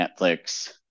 Netflix